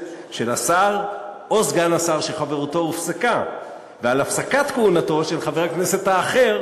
של השר או סגן השר שחברותו הופסקה ועל הפסקת כהונתו של חבר הכנסת האחר,